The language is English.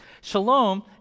Shalom